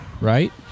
right